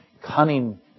cunning